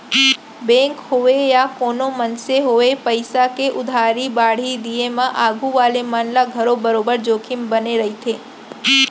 bank होवय या कोनों मनसे होवय पइसा के उधारी बाड़ही दिये म आघू वाले मन ल घलौ बरोबर जोखिम बने रइथे